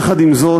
יחד עם זאת,